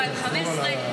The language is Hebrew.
2015,